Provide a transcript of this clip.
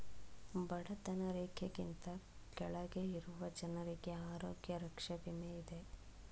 ಬಡತನ ರೇಖೆಗಿಂತ ಕೆಳಗೆ ಇರುವ ಜನರಿಗೆ ಆರೋಗ್ಯ ರಕ್ಷೆ ವಿಮೆ ಇದೆ